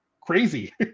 crazy